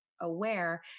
aware